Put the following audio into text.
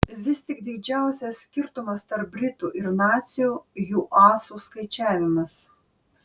vis tik didžiausias skirtumas tarp britų ir nacių jų asų skaičiavimas